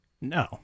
No